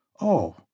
Oh